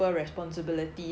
mm mm